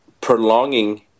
prolonging